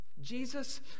Jesus